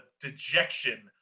dejection